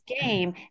game